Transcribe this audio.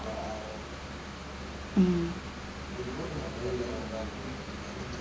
um